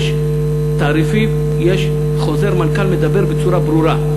יש תעריפים, חוזר מנכ"ל מדבר בצורה ברורה.